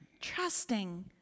trusting